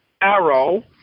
arrow